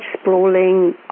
sprawling